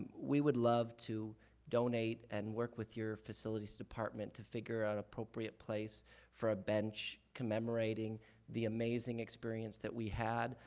we would love to donate and work with your facilities department to figure out an appropriate place for a bench commemorating the amazing experience that we had,